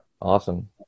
Awesome